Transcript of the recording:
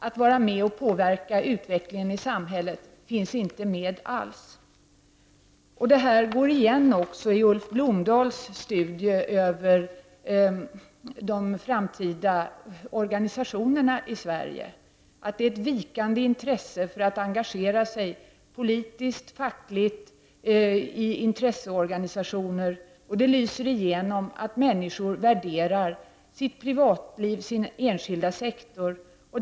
Att vara med och påverka utvecklingen i samhället finns inte alls med. Detta går igen också i Ulf Blomdahls studie över de framtida organisationerna i Sverige. Intresset för att engagera sig politiskt, fackligt och i intresseorganisationer är vikande, och det lyser igenom att människor värderar sitt privatliv, sin enskilda sektor.